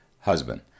husband